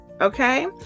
okay